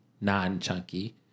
Non-chunky